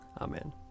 Amen